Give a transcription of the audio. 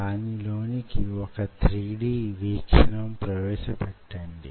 దానిలోనికి వొక 3D వీక్షణం ప్రవేశపెట్టండి